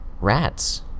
Rats